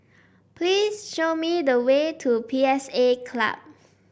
please show me the way to P S A Club